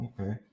Okay